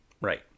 right